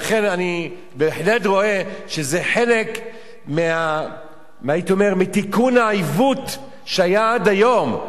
לכן אני בהחלט רואה שזה חלק מתיקון העיוות שהיה עד היום,